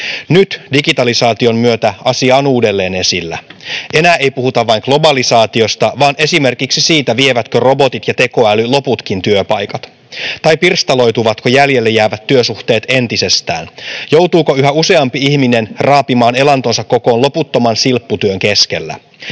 Nyt digitalisaation myötä asia on uudelleen esillä. Enää ei puhuta vain globalisaatiosta vaan esimerkiksi siitä, vievätkö robotit ja tekoäly loputkin työpaikat tai pirstaloituvatko jäljelle jäävät työsuhteet entisestään, joutuuko yhä useampi ihminen raapimaan elantonsa kokoon loputtoman silpputyön keskellä.